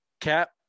cap